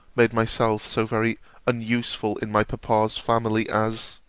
made myself so very unuseful in my papa's family, as